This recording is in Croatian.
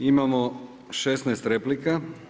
Imamo 16 replika.